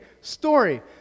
story